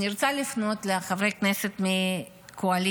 אני רוצה לפנות לחברי הכנסת מהקואליציה: